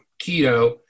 keto